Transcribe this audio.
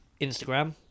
Instagram